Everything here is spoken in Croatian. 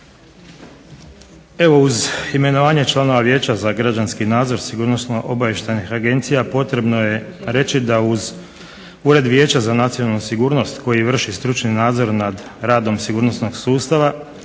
Evo uz imenovanje članova Vijeća za građanski nadzor sigurnosno-obavještajnih agencija potrebno je reći da uz ured vijeća za nacionalnu sigurnost koji vrši stručni nadzor nad radom sigurnosnog sustava,